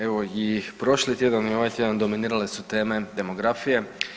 Evo i prošli tjedan i ovaj tjedan dominirale su teme demografije.